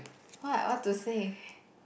what what to say